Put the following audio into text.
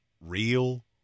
real